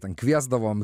ten kviesdavom